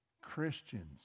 Christians